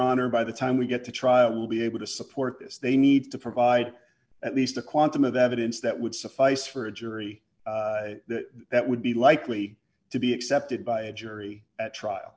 honor by the time we get to trial will be able to support this they need to provide at least a quantum of evidence that would suffice for a jury that would be likely to be accepted by a jury trial